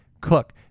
cook